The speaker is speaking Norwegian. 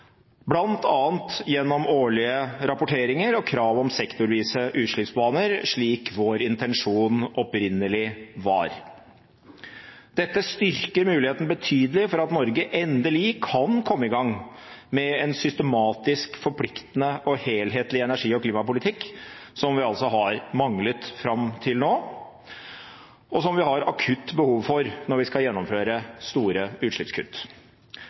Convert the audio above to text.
gjennom årlige rapporteringer og krav om sektorvise utslippsbaner, slik vår intensjon opprinnelig var. Dette styrker muligheten betydelig for at Norge endelig kan komme i gang med en systematisk, forpliktende og helhetlig energi- og klimapolitikk, som vi altså har manglet fram til nå, og som vi har akutt behov for når vi skal gjennomføre store utslippskutt.